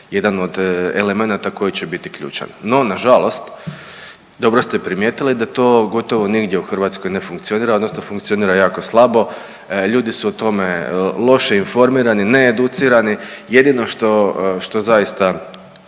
jedan od elemenata koji će biti ključan. No nažalost, dobro ste primijetili da to gotovo nigdje u Hrvatskoj ne funkcionira odnosno funkcionira jako slabo, ljudi su o tome loše informirani, needucirani. Jedino što zaista